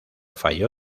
falló